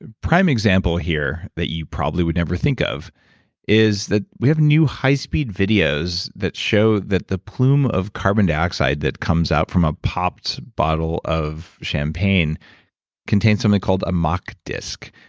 ah prime example here that you probably would never think of is that we have new high-speed videos that show that the plume of carbon dioxide that comes out from a popped bottle of champagne contains something called a mack disk,